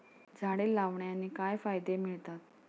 झाडे लावण्याने काय फायदे मिळतात?